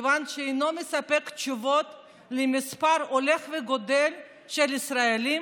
מכיוון שאינו מספק תשובה למספר הולך וגדל של ישראלים